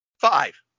Five